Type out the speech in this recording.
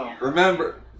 Remember